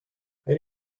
elle